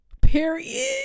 period